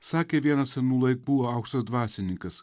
sakė vienas anų laikų aukštas dvasininkas